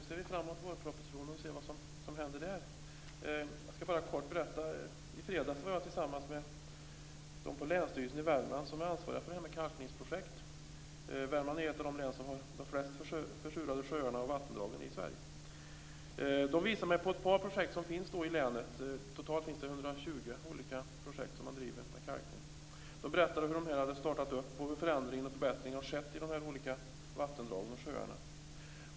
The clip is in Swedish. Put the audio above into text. Fru talman! Då ser vi fram emot vårpropositionen! Låt mig kort berätta följande. I fredags träffade jag de som är ansvariga för kalkningsprojekt på länsstyrelsen i Värmland. Värmland är ett av de län som har flest försurade sjöar och vattendrag i Sverige. De visade mig ett par projekt som genomförs i länet. Totalt drivs 120 olika projekt med kalkning. De berättade hur arbetet hade startats och om förändringar och förbättringar i vattendragen och sjöarna.